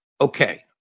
Okay